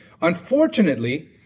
Unfortunately